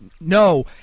No